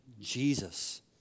Jesus